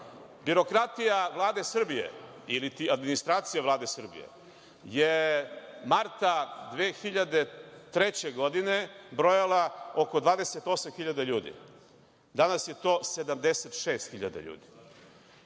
Vlade Srbije iliti administracija Vlade Srbije je marta 2003. godine brojala oko 28.000 ljudi. Danas je to 76.000 ljudi.